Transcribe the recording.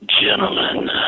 Gentlemen